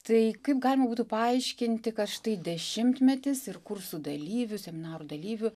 tai kaip galima būtų paaiškinti kad štai dešimtmetis ir kursų dalyvių seminarų dalyvių